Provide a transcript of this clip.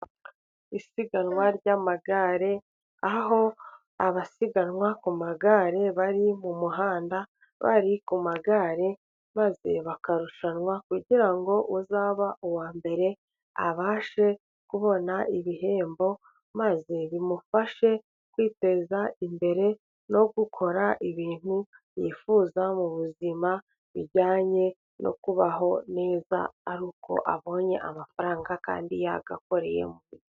Isiganwa ry'amagare aho abasiganwa ku magare bari mu muhanda bari ku magare, maze bakarushanwa kugira ngo uzaba uwa mbere abashe kubona ibihembo, maze bimufashe kwiteza imbere no gukora ibintu yifuza mu buzima bijyanye no kubaho neza, ari uko abonye amafaranga kandi yayakoreyemo.